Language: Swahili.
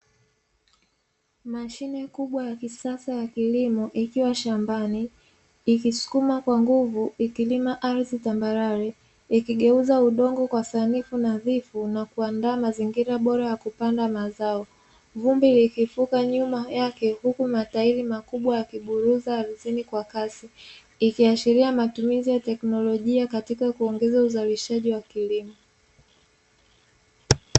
Mashine kubwa ya kisasa ya kilimo ikiwa shambani, ikisukuma kwa nguvu ikilima ardhi tambarare ikigeuza udongo kwa sanifu nadhifu na kuandaa mazingira bora ya kupanda mazao vumbi likifuka nyuma yake, huku matairi makubwa yakiburuza ardhini kwa kasi ikiashiria matumizi ya teknolojia katika kuongeza uzalishaji wa kilimo.